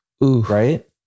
Right